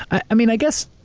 i mean, i guess,